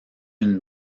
une